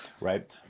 Right